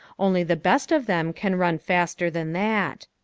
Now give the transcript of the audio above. only the best of them can run faster than that.